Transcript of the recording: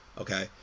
Okay